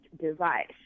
device